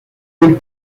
del